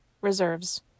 Reserves